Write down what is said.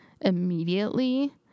immediately